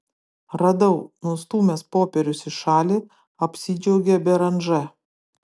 radau nustūmęs popierius į šalį apsidžiaugė beranžė